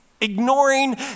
ignoring